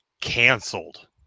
canceled